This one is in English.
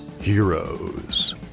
Heroes